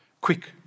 Quick